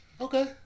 okay